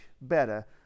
better